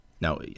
Now